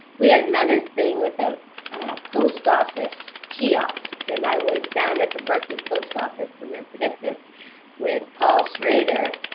we had another thing with the post office kiosks. and i was down at the berkeley post office i'll never forget this with paul schrader,